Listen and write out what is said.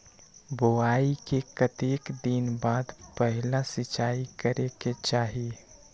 बोआई के कतेक दिन बाद पहिला सिंचाई करे के चाही?